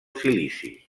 silici